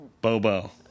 Bobo